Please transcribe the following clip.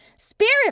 Spirit